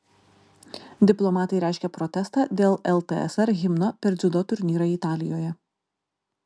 diplomatai reiškia protestą dėl ltsr himno per dziudo turnyrą italijoje